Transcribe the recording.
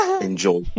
enjoy